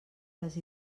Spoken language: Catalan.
les